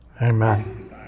Amen